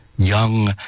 Young